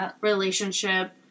relationship